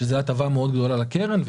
שזו הטבה מאוד גדולה לקרן.